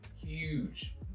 huge